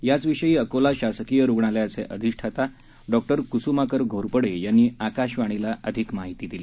याचविषयी अकोला शासकीय रुग्णालयाचे अधिष्ठाता डॉक्टर कुसुमाकर घोरपडे यांनी आकाशवाणीला अधिक माहिती दिली